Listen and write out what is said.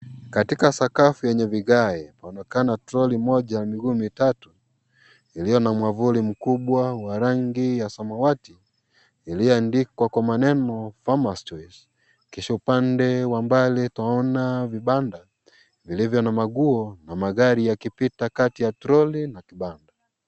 Katika sakafu yenye vigae inaonekana troli moja ya miguu mitatu iliyo na mwavuli mkubwa wa rangi ya samawati iliyoandikwa kwa maneno farmers choice . Kisha upande wa mbali tunaona vibanda vilivyo na manguo na magari yakipita kati ya troli na kibanda.